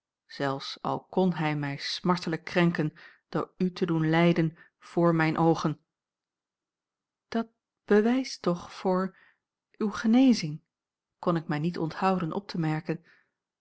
zelfs al kon hij mij smartelijk krenken door u te doen lijden voor mijne oogen dat bewijst toch voor uwe genezing kon ik mij niet onthouden op te merken